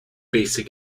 basic